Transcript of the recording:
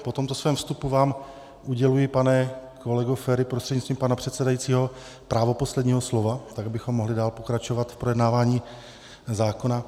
Po tomto svém vstupu vám uděluji, pane kolego Feri prostřednictvím pana předsedajícího, právo posledního slova, abychom mohli dál pokračovat v projednávání zákona.